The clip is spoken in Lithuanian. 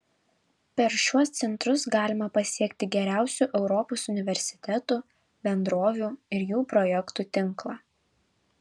per šiuos centrus galima pasiekti geriausių europos universitetų bendrovių ir jų projektų tinklą